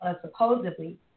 supposedly